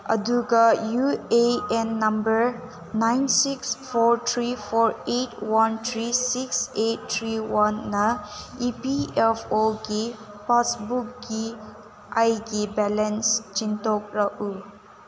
ꯑꯗꯨꯒ U A N number nine six four three four eight one three six eight three ꯋꯥꯟꯅ E P F ꯑꯣꯒꯤ ꯄꯥꯁꯕꯨꯛꯀꯤ ꯑꯩꯒꯤ balance ꯆꯤꯡꯊꯣꯛꯂꯛꯎ